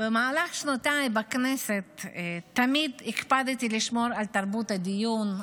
במהלך שנותיי בכנסת תמיד הקפדתי לשמור על תרבות הדיון,